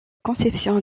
conception